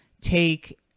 take